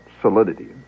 solidity